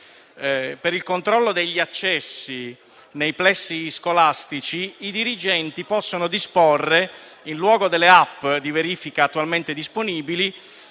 per il controllo degli accessi nei plessi scolastici i dirigenti possono disporre - in luogo delle *app* di verifica attualmente disponibili